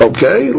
Okay